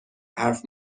حرف